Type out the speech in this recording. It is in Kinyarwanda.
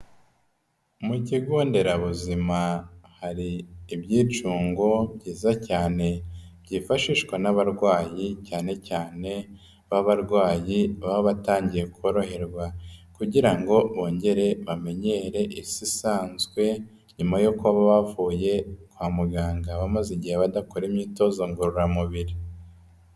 Mu kigo nderabuzima hari ibyicungo byiza cyane byifashishwa n'abarwayi cyane cyane b'abarwayi baba batangiye koroherwa kugira ngo bongere bamenyere Isi isanzwe, nyuma yo kuba bavuye kwa muganga bamaze igihe badakora imyitozo ngororamubiri.